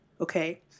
Okay